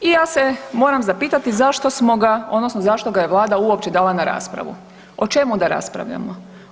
I ja se moram zapitati zašto smo ga odnosno zašto ga je vlada uopće dala na raspravu, o čemu da raspravljamo?